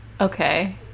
Okay